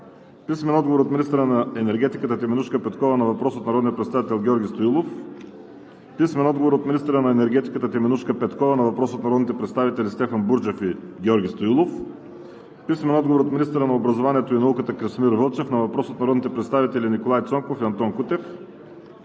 Сидорова; - от министъра на енергетиката Теменужка Петкова на въпрос от народния представител Георги Стоилов; - от министъра на енергетиката Теменужка Петкова на въпрос от народните представители Стефан Буржев и Георги Стоилов; - от министъра на образованието и науката Красимир Вълчев на въпрос от народните представители Николай Цонков и Антон Кутев;